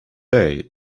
day